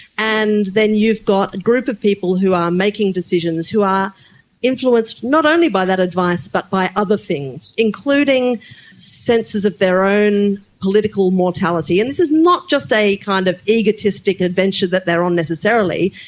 and then you've got a group of people who are making decisions who are influenced not only by that advice but by other things, including senses of their own political mortality. and this is not just an kind of egotistic adventure that they are on necessarily.